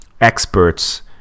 experts